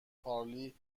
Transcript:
پارلی